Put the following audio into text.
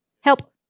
help